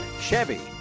Chevy